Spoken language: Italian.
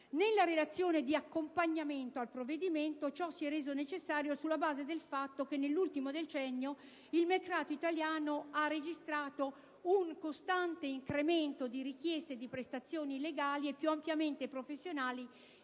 Nella relazione di accompagnamento al provvedimento, ciò si è reso necessario sulla base del fatto che nell'ultimo decennio il mercato italiano ha registrato un costante incremento di richieste di prestazioni legali e più ampiamente professionali